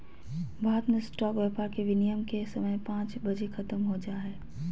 भारत मे स्टॉक व्यापार के विनियम के समय पांच बजे ख़त्म हो जा हय